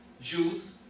Jews